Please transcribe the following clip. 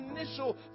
initial